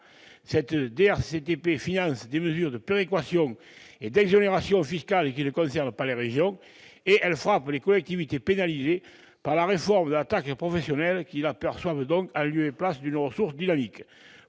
cette dotation finance des mesures de péréquation et d'exonérations fiscales qui ne concernent pas les régions. En outre, elle frappe les collectivités pénalisées par la réforme de la taxe professionnelle et qui la perçoivent donc en lieu et place d'une ressource dynamique.